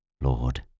Lord